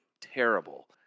terrible